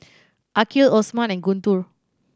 Aqil Osman and Guntur